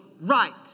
right